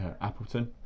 Appleton